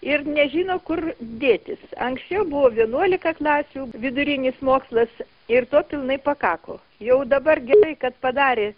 ir nežino kur dėtis anksčiau buvo vienuolika klasių vidurinis mokslas ir to pilnai pakako jau dabar gerai kad padarė